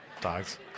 dogs